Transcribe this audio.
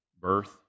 Birth